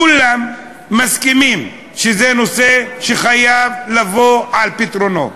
כולם מסכימים שזה נושא שחייב לבוא על פתרונו.